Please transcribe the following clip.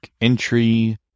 Entry